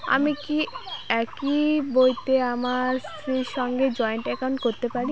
আমি কি একই বইতে আমার স্ত্রীর সঙ্গে জয়েন্ট একাউন্ট করতে পারি?